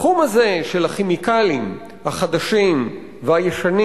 בתחום הזה של הכימיקלים החדשים והישנים